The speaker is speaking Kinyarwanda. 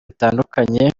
bitandukanye